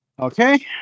Okay